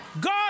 God